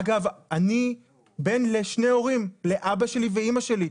אגב, אני בן לשני הורים לאבא שלי ולאימא שלי.